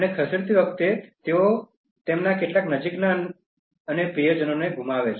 અને ખસેડતી વખતે તેઓ તેમના કેટલાક નજીકના અને પ્રિયજનો ગુમાવશે